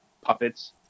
puppets